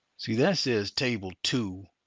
see that says table two,